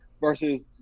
versus